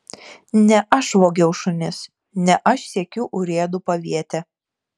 ne aš vogiau šunis ne aš siekiu urėdų paviete